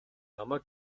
намайг